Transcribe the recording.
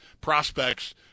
prospects